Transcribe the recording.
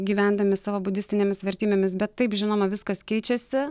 gyvendami savo budistinėmis vertybėmis bet taip žinoma viskas keičiasi